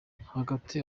hagati